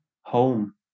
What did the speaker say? home